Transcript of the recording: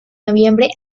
noviembre